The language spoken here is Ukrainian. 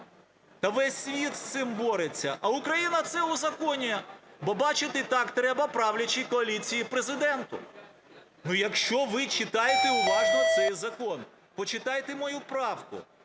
Та весь світ з цим бореться, а Україна це узаконює. Бо, бачите, так треба правлячій коаліції і Президенту. Якщо ви читаєте уважно цей закон, почитайте мою правку.